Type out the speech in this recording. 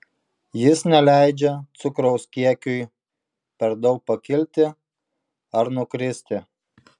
jis neleidžia cukraus kiekiui per daug pakilti ar nukristi